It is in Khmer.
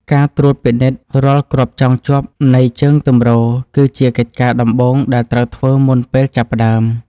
ការត្រួតពិនិត្យរាល់គ្រាប់ចងជាប់នៃជើងទម្រគឺជាកិច្ចការដំបូងដែលត្រូវធ្វើមុនពេលចាប់ផ្តើម។